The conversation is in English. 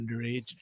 Underage